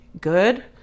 good